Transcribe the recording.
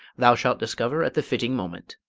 thou shalt discover at the fitting moment.